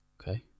okay